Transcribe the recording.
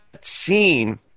seen